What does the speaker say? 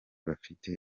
bafite